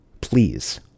please